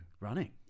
running